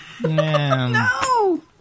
No